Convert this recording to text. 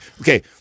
okay